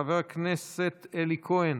חבר הכנסת אלי כהן,